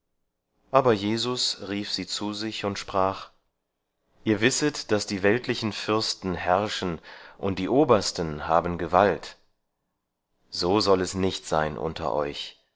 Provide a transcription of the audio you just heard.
aber jesus rief sie zu sich und sprach ihr wisset daß die weltlichen fürsten herrschen und die obersten haben gewalt so soll es nicht sein unter euch